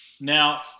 Now